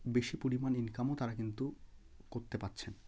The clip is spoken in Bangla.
বেশি পরিমাণ ইনকামও তারা কিন্তু করতে পারছে